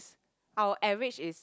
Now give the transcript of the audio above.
our average is